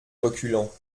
reculant